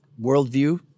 worldview